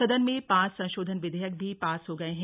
सदन में पांच संशोधन विधेयक भी पास हो गए हैं